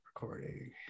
recording